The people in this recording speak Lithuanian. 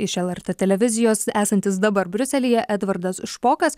iš lrt televizijos esantis dabar briuselyje edvardas špokas